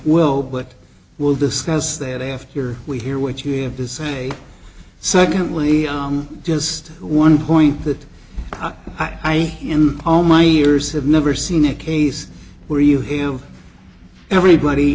will but we'll discuss that after we hear what you have to say secondly on just one point that i in all my years have never seen a case where you hailed everybody